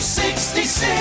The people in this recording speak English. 66